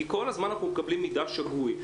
כי כל הזמן אנחנו מקבלים מידע שגוי?